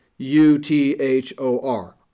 U-T-H-O-R